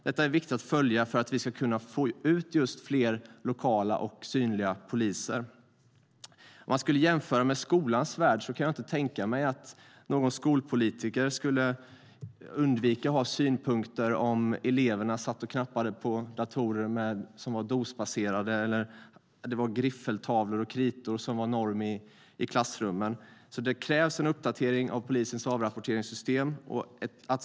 Detta är viktigt att följa för att vi ska kunna få ut fler lokala och synliga poliser. Vi kan jämföra med skolans värld. Jag kan inte tänka mig att någon skolpolitiker skulle undvika att ha synpunkter om eleverna satt och knappade på DOS-baserade datorer eller om det var griffeltavlor och kritor som var norm i klassrummen. Det krävs en uppdatering av polisens avrapporteringssystem.